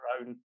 own